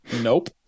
Nope